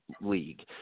league